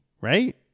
right